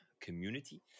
community